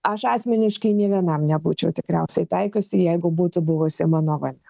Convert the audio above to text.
aš asmeniškai nė vienam nebūčiau tikriausiai taikiusi jeigu būtų buvusi mano valia